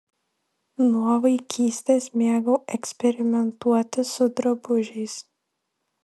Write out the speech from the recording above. nuo vaikystės mėgau eksperimentuoti su drabužiais